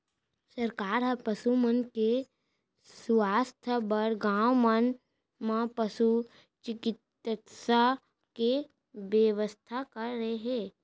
सरकार ह पसु मन के सुवास्थ बर गॉंव मन म पसु चिकित्सा के बेवस्था करे हे